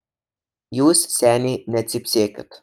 jūs seniai necypsėkit